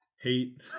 Hate